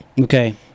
Okay